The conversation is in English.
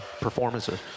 performances